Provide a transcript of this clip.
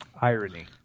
Irony